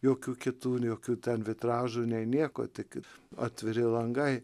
jokių kitų jokių ten vitražų nei nieko tik atviri langai